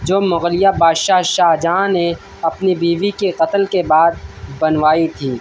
جو مغلیہ بادشاہ شاہجہاں نے اپنی بیوی کے قتل کے بعد بنوائی تھی